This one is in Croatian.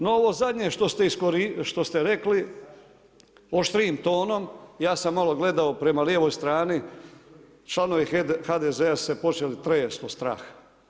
No ovo zadnje što ste rekli oštrijim tonom, ja sam malo gledao prema lijevoj strani, članovi HDZ-a su se počeli tresti od straha.